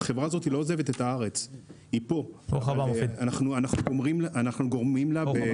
אנחנו גורמים לה להגיע כבר לשוק באירופה.